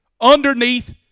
underneath